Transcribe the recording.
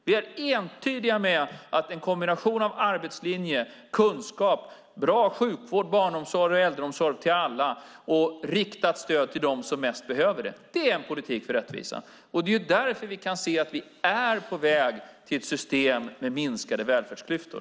Vi är entydiga med att en kombination av arbetslinje, kunskap, bra sjukvård, barnomsorg och äldreomsorg till alla och riktat stöd till dem som mest behöver det är en politik för rättvisa. Det är därför vi kan se att vi är på väg till ett system med minskade välfärdsklyftor.